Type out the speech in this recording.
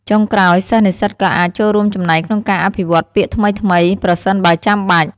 ចុងក្រោយ សិស្សនិស្សិតក៏អាច ចូលរួមចំណែកក្នុងការអភិវឌ្ឍពាក្យថ្មីៗ (ប្រសិនបើចាំបាច់)។